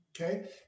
okay